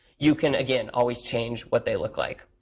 you can, again, always change what they look like.